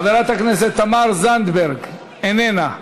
חברת הכנסת תמר זנדברג, איננה,